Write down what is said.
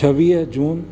छवीह जून